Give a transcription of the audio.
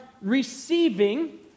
receiving